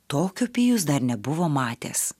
tokio pijus dar nebuvo matęs